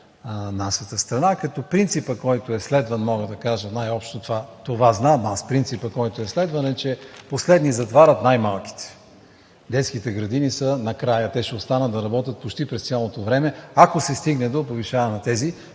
нашата страна. Като принципът, който е следван, мога да кажа най-общо, аз това знам, е, че последни затварят най-малките. Детските градини са накрая. Те ще останат да работят почти през цялото време, ако се стигне до повишаване.